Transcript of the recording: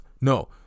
No